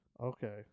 Okay